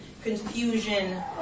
Confusion